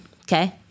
Okay